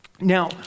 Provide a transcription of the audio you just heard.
Now